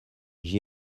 j’y